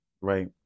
right